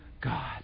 God